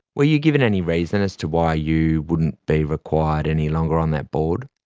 were you given any reason as to why you wouldn't be required any longer on that board?